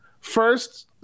first